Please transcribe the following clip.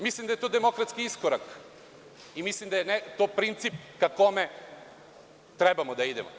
Mislim da je to demokratski iskorak i mislim da je to princip ka kome treba da idemo.